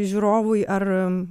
žiūrovui ar